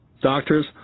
doctors